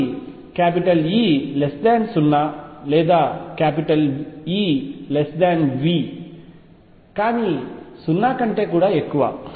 కాబట్టి E 0 లేదా E V కానీ 0 కంటే కూడా ఎక్కువ